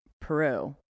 Peru